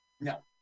No